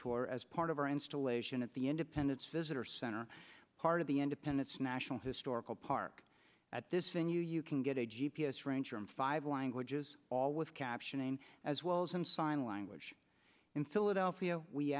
tour as part of our installation at the independence visitor center part of the independence national historical park at this venue you can get a g p s range from five languages all with captioning as well as in sign language in philadelphia we